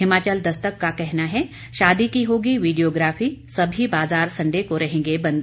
हिमाचल दस्तक का कहना है शादी की होगी वीडियोग्राफी सभी बाजार संडे को रहेंगे बंद